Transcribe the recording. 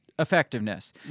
Effectiveness